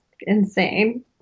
insane